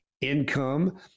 income